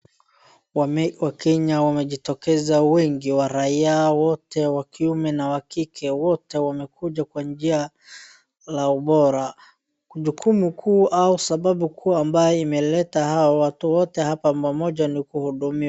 Wakenya wamejitokeza wengi, wa raia wote wengi wakiume na wakike wote wamekuja kwa njia la ubora. Jukumu kuu au sababu kuu ambaye imeleta hawa watu wote hapa pamoja ni kuhudumiwa.